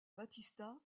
battista